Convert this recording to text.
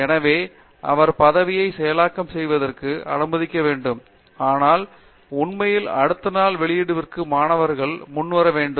எனவே அவர் பதவியை செயலாக்கம் செய்வதற்கு அனுமதிக்க வேண்டும் ஆனால் உண்மையில் அடுத்த நாள் வெளியீட்டுக்கு மற்ற மாணவர்களுடனும் வர வேண்டும்